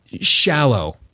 Shallow